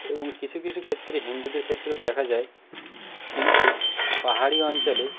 এবং কিছু কিছু ক্ষেত্রে হিন্দুদের ক্ষেত্রেও দেখা যায় কিন্তু পাহাড়ি অঞ্চলে